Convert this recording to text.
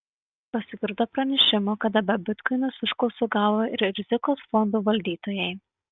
pasigirdo pranešimų kad apie bitkoinus užklausų gavo ir rizikos fondų valdytojai